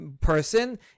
person